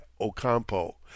ocampo